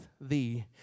thee